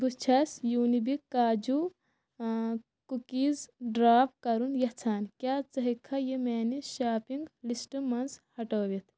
بہٕ چھس یوٗنِبِک کاجوٗ کُکیٖز ڈراپ کرُن یژھان کیٛاہ ژٕ ہٮ۪کھا یہِ میانہِ شاپنگ لسٹ منٛز ہٹٲوِتھ